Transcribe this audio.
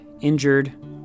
injured